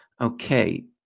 Okay